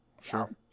Sure